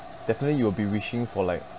definitely you'll be wishing for like